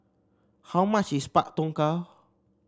how much is Pak Thong Ko